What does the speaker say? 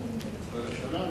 התשס"ט 2009,